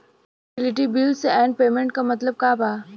Utility bills and payments क मतलब का बा?